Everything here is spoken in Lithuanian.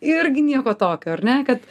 irgi nieko tokio ar ne kad